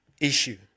issue